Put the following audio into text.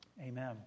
Amen